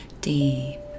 deep